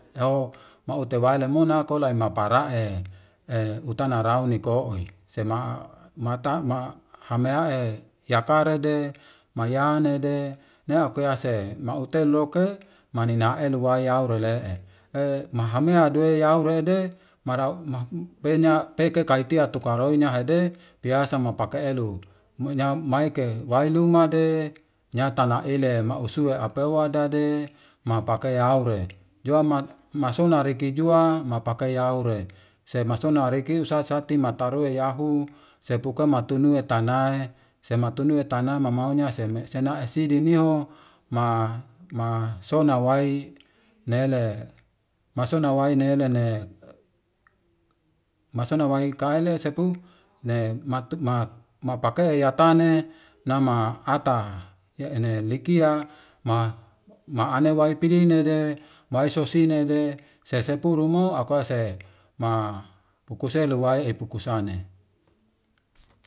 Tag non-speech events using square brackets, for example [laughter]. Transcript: Yao mute waile mona tola emapra'e [hesitation] utana rauni koi sema mata mahamea [hesitation] yakarede, mayanede, neakease maute noke maanina enu waiyure le'e [hesitation] mahamea duwe yurede [hesitation] peke kaitia tuka roinya haide piasa mopake elu, monyam maike wailumde nyatana ele mausu apewa dase mapake yure juama masona riki jua mapake yaure semasona riki usasati matarue yahu sepuke matunue yanae sematunue tanae, sematunui tanama maunya seme sena isidi niho ma [hesitation] sona wai nele, masona wai nelene [hesitation] masona wai kaile sepu ne [hesitation] mapakeya yatane nama ta enen likiya ma ane wai pilinede maiso sinide sesepuru mo akose ma pukuselu wai epuku sane.